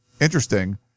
interesting